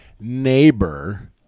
neighbor